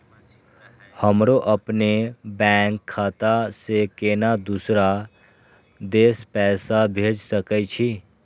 हमरो अपने बैंक खाता से केना दुसरा देश पैसा भेज सके छी?